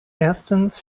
erstens